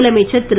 முதலமைச்சர் திரு